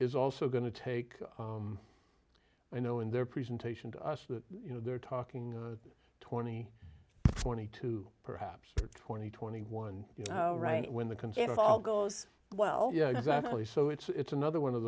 is also going to take you know in their presentation to us that you know they're talking twenty twenty two perhaps twenty twenty one you know right when the concert hall goes well yeah exactly so it's another one of